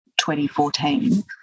2014